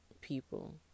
people